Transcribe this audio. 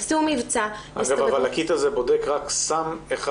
עשו מבצע והסתובבו --- אבל ה-kit הזה בודק רק סם אחד